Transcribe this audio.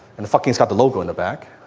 and fucking got the logo on the back.